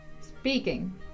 speaking